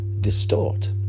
distort